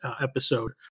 episode